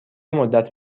مدت